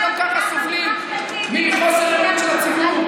שגם ככה סובלים מחוסר אמון של הציבור.